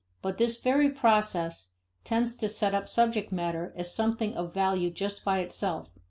but this very process tends to set up subject matter as something of value just by itself,